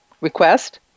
request